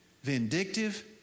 vindictive